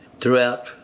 throughout